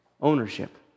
ownership